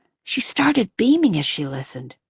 she started beaming as she listened.